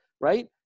right